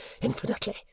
infinitely